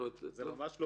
זה ממש לא בעיה תקציבית.